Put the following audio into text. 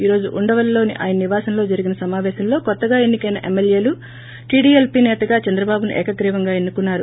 ఈ రోజు ఉండవల్లిలోని ఆయన నివాసంలో జరిగిన సమాపేశంలో కొత్తగా ఎన్నికైన ఏమ్మెల్వేలు టీడీఎల్సీనేతగా చంద్రబాబును ఏకగ్రీవంగా ఎన్ను కున్నారు